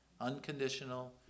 Unconditional